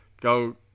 Go